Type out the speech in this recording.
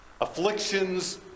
afflictions